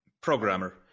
Programmer